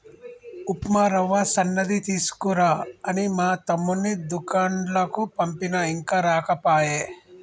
ఉప్మా రవ్వ సన్నది తీసుకురా అని మా తమ్ముణ్ణి దూకండ్లకు పంపిన ఇంకా రాకపాయె